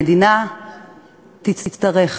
המדינה תצטרך